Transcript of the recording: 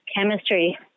chemistry